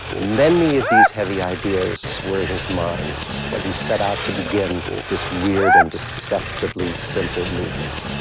many of these heavy ideas were in his mind when he set out to begin this weird and deceptively simple movement.